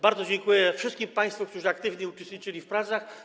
Bardzo dziękuję wszystkim państwu, którzy aktywnie uczestniczyli w pracach.